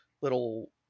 little